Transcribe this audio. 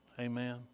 Amen